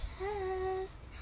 test